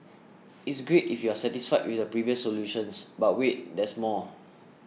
it's great if you're satisfied with the previous solutions but wait there's more